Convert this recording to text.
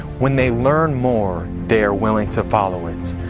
when they learn more they are willing to follow it.